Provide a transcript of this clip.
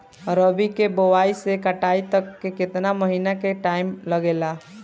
रबी के बोआइ से कटाई तक मे केतना महिना के टाइम लागेला?